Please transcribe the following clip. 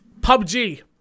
PUBG